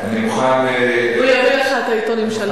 הוא יביא לך את העיתונים כל יום.